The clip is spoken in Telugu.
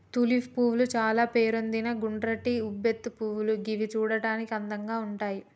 తులిప్ పువ్వులు చాల పేరొందిన గుండ్రటి ఉబ్బెత్తు పువ్వులు గివి చూడడానికి అందంగా ఉంటయ్